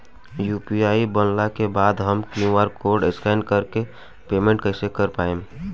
UPI बनला के बाद हम क्यू.आर कोड स्कैन कर के पेमेंट कइसे कर पाएम?